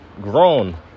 grown